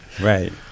Right